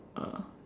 uh